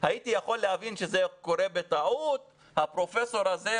הייתי יכול להבין שזה קורה בטעות - הפרופסור הזה,